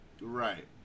right